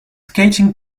skating